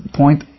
point